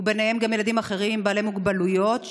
וביניהם גם ילדים אחרים בעלי מוגבלויות,